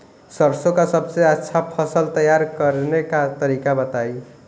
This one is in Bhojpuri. सरसों का सबसे अच्छा फसल तैयार करने का तरीका बताई